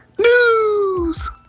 News